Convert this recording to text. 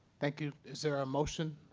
thank you. is there a motion